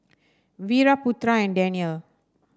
Wira Putra and Danial